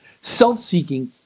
self-seeking